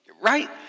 right